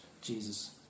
Jesus